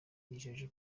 yijeje